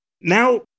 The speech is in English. Now